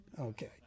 Okay